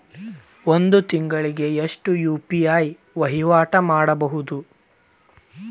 ಒಂದ್ ತಿಂಗಳಿಗೆ ಎಷ್ಟ ಯು.ಪಿ.ಐ ವಹಿವಾಟ ಮಾಡಬೋದು?